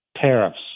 tariffs